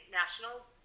nationals